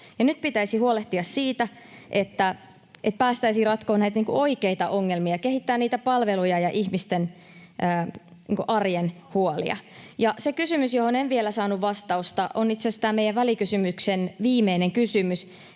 Nyt pitäisi huolehtia siitä, että päästäisiin ratkomaan näitä oikeita ongelmia, kehittämään niitä palveluja, ratkomaan ihmisten arjen huolia. Ja se kysymys, johon en vielä saanut vastausta, on itse asiassa tämän meidän välikysymyksemme viimeinen kysymys: